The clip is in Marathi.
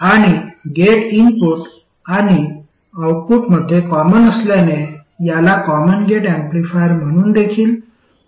आणि गेट इनपुट आणि आउटपुटमध्ये कॉमन असल्याने याला कॉमन गेट ऍम्प्लिफायर म्हणून देखील ओळखले जाते